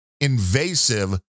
invasive